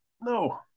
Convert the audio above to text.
no